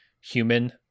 human